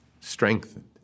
strengthened